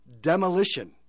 demolition